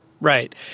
Right